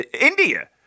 India